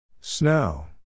Snow